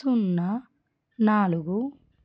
సున్నా నాలుగు